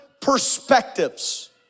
perspectives